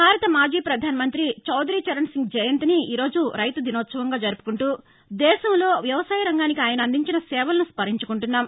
భారత మాజీ పధాన మంతి చౌదరి చరణ్ సింగ్ జయంతిని ఈరోజు రైతు దినోత్సవంగా జరుపుకుంటూ దేశంలో వ్యవసాయ రంగానికి ఆయన అందించిన సేవలను స్మరించుకుంటున్నాం